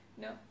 No